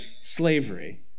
slavery